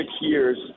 years